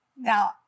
Now